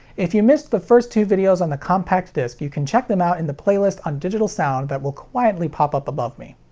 if you missed the first two videos on the compact disc, you can check them out in the playlist on digital sound that will quietly pop up above me.